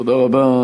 תודה רבה.